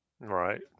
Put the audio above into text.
Right